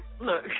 Look